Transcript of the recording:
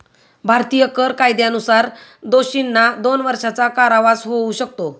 भारतीय कर कायद्यानुसार दोषींना दोन वर्षांचा कारावास होऊ शकतो